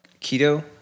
keto